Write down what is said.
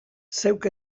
zeuk